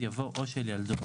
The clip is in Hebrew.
יבוא "או של ילדו"